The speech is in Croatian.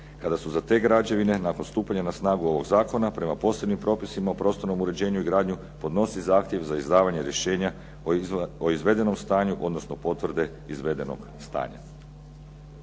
Kada su za te građevine nakon stupanja na snagu ovoga Zakona po posebnim propisima o prostornom uređenju i gradnju, podnosi zahtjev za izdavanjem rješenja o izvedenom stanju odnosno potvrde izvedenog stanja“.